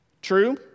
True